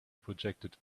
projected